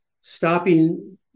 stopping